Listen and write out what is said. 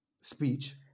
speech